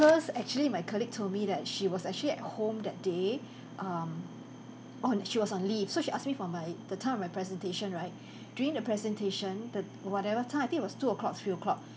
first actually my colleague told me that she was actually at home that day um oh no she was on leave so she asked me for my the time of my presentation right during the presentation the whatever time I think it was two o'clock three o'clock